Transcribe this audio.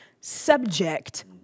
subject